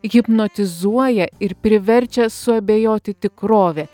hipnotizuoja ir priverčia suabejoti tikrove